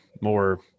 more